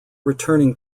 returning